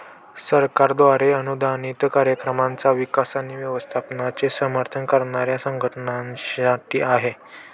सरकारद्वारे अनुदानित कार्यक्रमांचा विकास आणि व्यवस्थापनाचे समर्थन करणाऱ्या संघटनांसाठी आहे